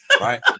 right